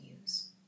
use